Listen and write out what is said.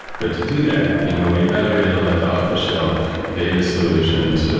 but to do that, you know we evaluated a lot off-the-shelf data solutions,